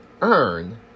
earn